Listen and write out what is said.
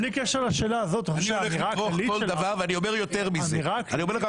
אני אומר לך,